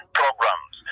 programs